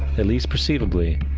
at least perceivably,